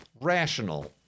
Rational